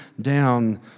down